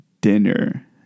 dinner